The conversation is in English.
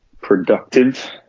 productive